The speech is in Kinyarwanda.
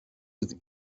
uzi